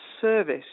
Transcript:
service